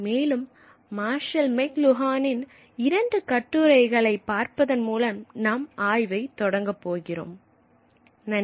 மேலும் மார்ஷல் மெக்ளுஹானின் இரண்டு கட்டுரைகளை பார்ப்பதன் மூலம் நாம் ஆய்வை தொடங்கப் போகிறோம் நன்றி